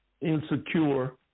insecure